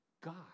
God